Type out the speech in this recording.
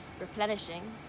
replenishing